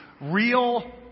real